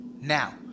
Now